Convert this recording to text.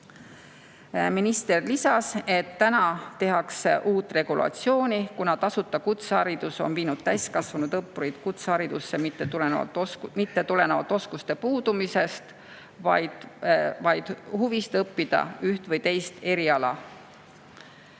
Minister lisas, et täna tehakse uut regulatsiooni, kuna tasuta kutseharidus on viinud täiskasvanud õppurid kutseharidusse mitte tulenevalt oskuste puudumisest, vaid huvist õppida üht või teist eriala.